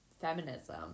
feminism